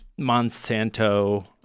Monsanto